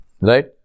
right